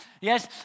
Yes